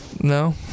No